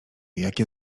jakie